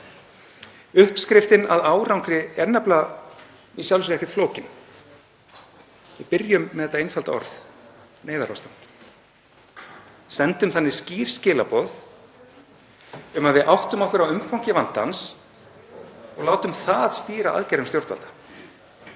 Uppskriftin að árangri er nefnilega í sjálfu sér ekkert flókin. Við byrjum með þetta einfalda orð, neyðarástand, og sendum þannig skýr skilaboð um að við áttum okkur á umfangi vandans. Látum það stýra aðgerðum stjórnvalda.